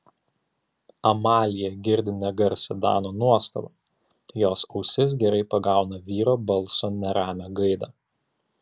amalija girdi negarsią dano nuostabą jos ausis gerai pagauna vyro balso neramią gaidą